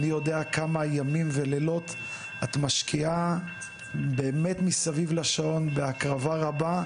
אני יודע כמה ימים ולילות את משקיעה באמת מסביב לשעון בהקרבה רבה,